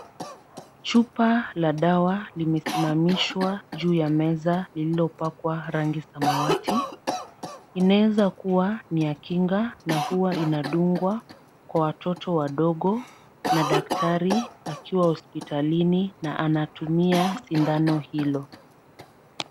Chupa la dawa limesimamishwa juu ya meza lililopakwa rangi samawati, inaeza kuwa ya kinga na inadungwa kwa watoto wadogo na daktari akiwa hospitalini na anatumia sindano hilo.